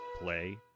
play